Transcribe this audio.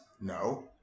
No